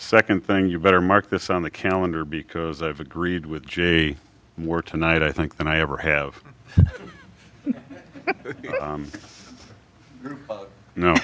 second thing you better mark this on the calendar because i've agreed with jay more tonight i think than i ever have